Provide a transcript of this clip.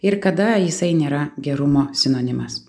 ir kada jisai nėra gerumo sinonimas